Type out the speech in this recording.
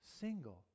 single